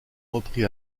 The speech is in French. repris